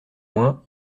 moins